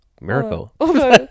miracle